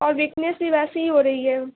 اور وکنیس بھی ویسے ہی ہو رہی ہے